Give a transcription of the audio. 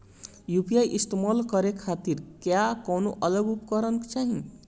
UPI इस्तेमाल करने खातिर क्या कौनो अलग उपकरण चाहीं?